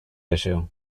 issue